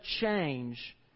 change